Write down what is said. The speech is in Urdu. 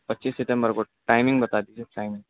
پچیس ستمبر کو ٹائمنگ بتا دیجیے ٹائمنگ